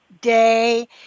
day